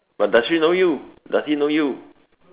but does she know you does he know you